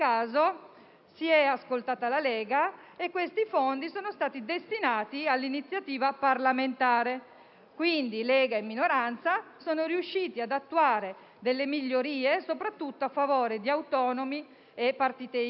si è ascoltata la Lega e quelle risorse sono state destinate all'iniziativa parlamentare. Quindi, Lega e minoranza sono riuscite a realizzare migliorie, soprattutto a favore di autonomi e partite IVA.